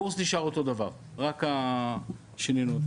הקורס נשאר אותו דבר מלבד מה ששינינו.